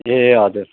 ए हजुर